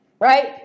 right